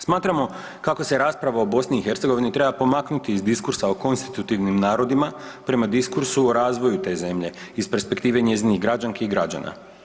Smatramo kako se rasprava o BiH treba pomaknuti iz diskursa o konstitutivnim narodima prema diskursu o razvoju te zemlje iz perspektivne njezinih građanki i građana.